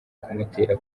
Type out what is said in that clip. kumutera